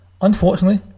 Unfortunately